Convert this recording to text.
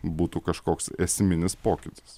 būtų kažkoks esminis pokytis